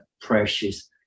precious